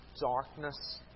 darkness